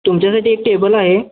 तुमच्यासाठी एक टेबल आहे